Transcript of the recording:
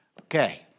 Okay